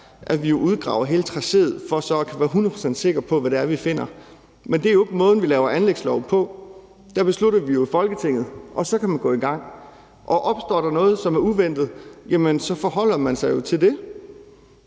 at vi udgraver hele tracéet for så at kunne være 100 pct. sikker på, hvad det er, vi finder. Men det er ikke måden, vi laver anlægslov på. Der beslutter vi det jo i Folketinget, og så kan man gå i gang, og opstår der noget, som er uventet, forholder man sig til det.